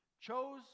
chose